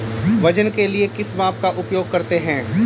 वजन के लिए किस माप का उपयोग करते हैं?